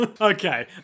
Okay